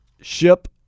ship